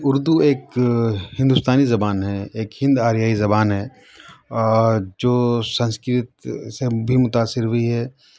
اردو ایک ہندوستانی زبان ہے ایک ہند آریائی زبان ہے اور جو سنسکرت سے بھی متاثر ہوئی ہے